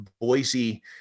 Boise